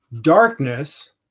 darkness